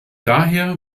daher